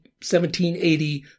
1780